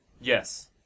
Yes